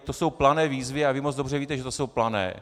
To jsou plané výzvy a vy moc dobře víte, že jsou plané.